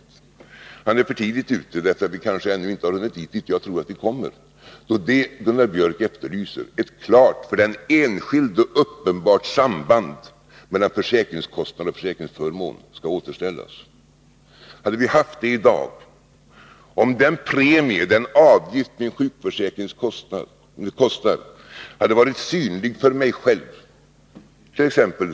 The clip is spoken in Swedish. Han är för tidigt ute därför att vi kanske ännu inte har hunnit dit där jag tror att vi kommer att hamna, då det Gunnar Biörck efterlyser, nämligen ett klart för den enskilde uppenbart samband mellan försäkringskostnad och försäkringsförmån skall återställas. Om den avgift min sjukförsäkring kostar hade varit synlig för mig själv varje år,t.ex.